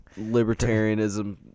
Libertarianism